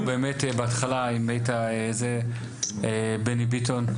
דיבר פה באמת בהתחלה בני ביטון,